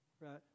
Right